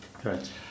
Correct